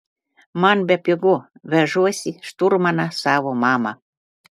man bepigu vežuosi šturmaną savo mamą